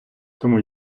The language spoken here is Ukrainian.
тому